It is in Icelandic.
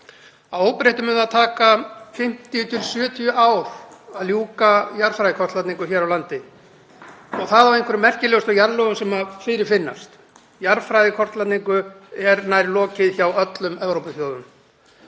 óbreyttu mun það taka 50–70 ár að ljúka jarðfræðikortlagningu hér á landi og það á einhverjum merkilegustu jarðlögum sem fyrirfinnast. Jarðfræðikortlagningu er nærri lokið hjá öllum Evrópuþjóðunum.